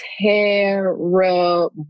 terrible